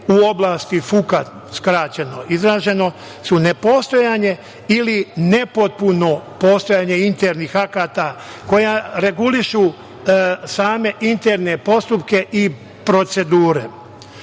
u oblasti FUK-a, skraćeno izraženo su nepostojanje ili nepotpuno postojanje internih akata koja regulišu same interne postupke i procedure,